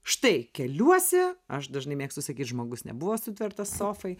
štai keliuosi aš dažnai mėgstu sakyt žmogus nebuvo sutvertas sofai